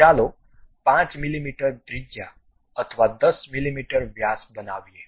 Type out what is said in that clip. તો ચાલો 5 મીમી ત્રિજ્યા અથવા 10 મીમી વ્યાસ બનાવીએ